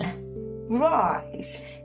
rise